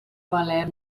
valer